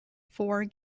four